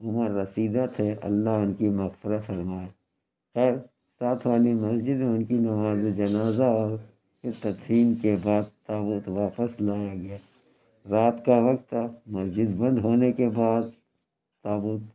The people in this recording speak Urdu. عمر رسیدہ تھے اللہ اُن کی مغفرت فرمائے خیر ساتھ والی مسجد میں اُن کی نمازِ جنازہ اور تدفین کے بعد تابوت واپس لایا گیا رات کا وقت تھا مسجد بند ہونے کے بعد تابوت